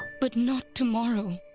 but not tomorrow.